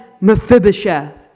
Mephibosheth